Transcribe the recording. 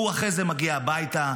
והוא אחרי זה מגיע הביתה,